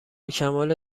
کمال